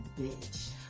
Bitch